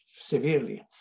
severely